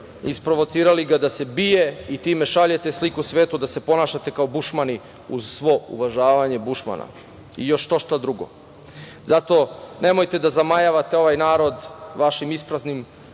isprovocirati ga da se bije i time šaljete sliku svetu da se ponašate kao Bušmani, uz svo uvažavanje Bušmana i još što šta drugo. Zato nemojte da zamajavate ovaj narod vašim ispraznim